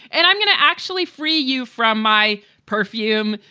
and i'm going to actually free you from my perfume.